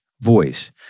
voice